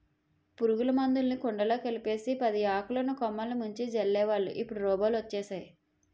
పురుగుల మందులుని కుండలో కలిపేసి పదియాకులున్న కొమ్మలిని ముంచి జల్లేవాళ్ళు ఇప్పుడు రోబోలు వచ్చేసేయ్